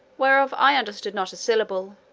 whereof i understood not a syllable,